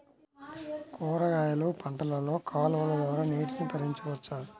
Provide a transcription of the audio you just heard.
కూరగాయలు పంటలలో కాలువలు ద్వారా నీటిని పరించవచ్చా?